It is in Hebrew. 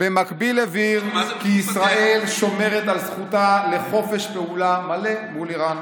במקביל הוא הבהיר כי ישראל שומרת על זכותה לחופש פעולה מלא מול איראן.